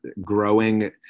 growing